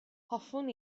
hoffwn